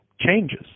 changes